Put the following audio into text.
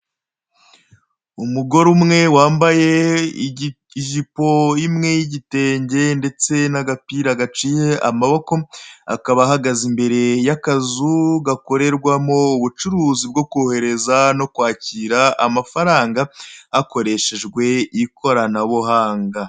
Umugore umwe wambaye ijipo imwe y'igitenge ndetse n'agapira gaciye amaboko, akaba ahagaze imbere y'akazu gakorerwamo ubucuruzi bwo kohereza no kwakira amafaranga hakoreshejwe ikoranabuhanga.